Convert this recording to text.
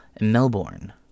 Melbourne